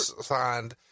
signed